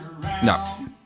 No